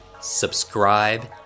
subscribe